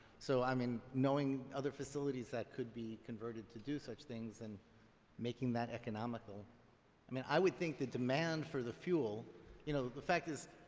so i mean, knowing other facilities that could be converted to do such things and making that economical i mean, i would think the demand for the fuel you know the fact is,